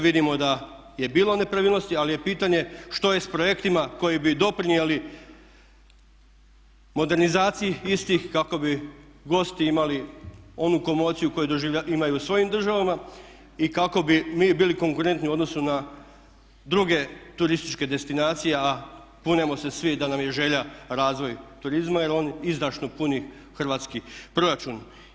Vidimo da je bilo nepravilnosti, ali je pitanje što je s projektima koji bi doprinijeli modernizaciji istih kako bi gosti imali onu komociju koju imaju u svojim državama i kako bi mi bili konkurentni u odnosu na druge turističke destinacije, a kunemo se svi da nam je želja razvoj turizma jer on izdašno puni hrvatski proračun.